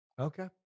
Okay